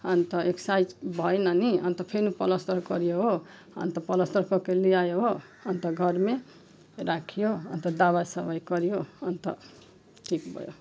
अन्त एक्ससाइज भएन नि अन्त फेरि पल्स्टर गरियो हो अन्त पल्स्टर गरेर ल्यायो हो अन्त घरमा राखियो अन्त दबाईसवाई गरियो अन्त ठिक भयो